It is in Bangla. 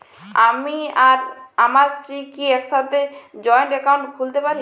আমি আর আমার স্ত্রী কি একসাথে জয়েন্ট অ্যাকাউন্ট খুলতে পারি?